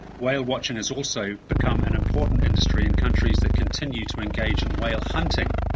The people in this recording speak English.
whale watching has also become an important industry in countries that continue to engage in whale hunting!